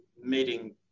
meeting